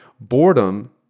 Boredom